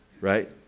right